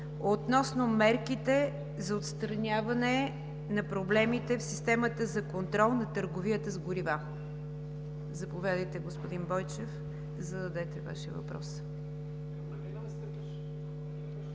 относно мерките за отстраняване на проблемите в системата за контрол на търговията с горива. Заповядайте, господин Бойчев, да зададете Вашия въпрос.